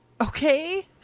Okay